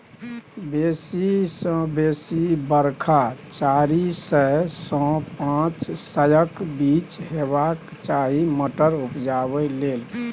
बेसी सँ बेसी बरखा चारि सय सँ पाँच सयक बीच हेबाक चाही मटर उपजाबै लेल